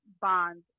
bond